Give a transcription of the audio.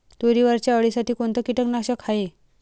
तुरीवरच्या अळीसाठी कोनतं कीटकनाशक हाये?